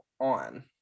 on